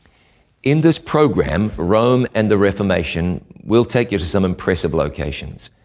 in this program, rome and the reformation, we'll take you to some impressive locations.